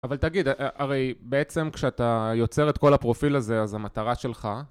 אבל תגיד, הרי בעצם כשאתה יוצר את כל הפרופיל הזה, אז המטרה שלך...